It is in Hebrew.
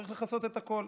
צריך לכסות את הכול,